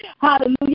Hallelujah